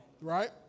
Right